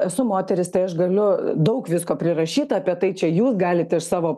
esu moteris tai aš galiu daug visko prirašyta apie tai čia jūs galit iš savo